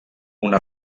una